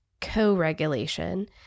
co-regulation